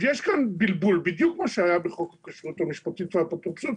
יש פה בלבול בדיוק כפי שהיה בחוק הכשרות המשפטית והאפוטרופסות,